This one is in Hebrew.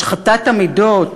השחתת המידות,